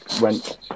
went